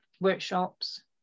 workshops